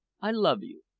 i love you.